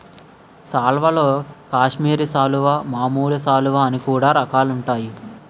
సాల్వల్లో కాశ్మీరి సాలువా, మామూలు సాలువ అని కూడా రకాలుంటాయి